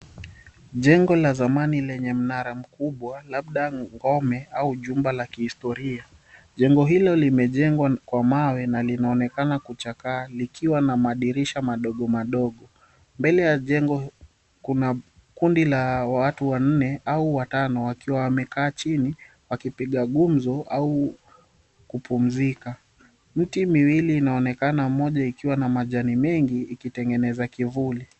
Jengo la zamani lenye mnara mkubwa, labda ngome au jumba la kihistoria. Jengo hilo limejengwa kwa mawe, na linaonekana kuchakaa likiwa na madirisha madogo madogo. Mbele ya jengo, kuna kundi la watu wanne au watano wakiwa wamekaa chini wakipiga gumzo au kupumzika. Miti miwili inaonekana, moja ikiwa na majani mengi ikitengeneza kivuli.